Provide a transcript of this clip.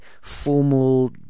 formal